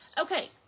Okay